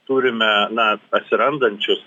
turime na atsirandančius